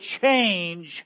change